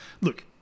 look